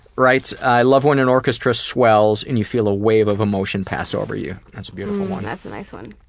writes i love when an orchestra swells and you feel a wave of emotion pass over you. that's a beautiful one. that's a nice one.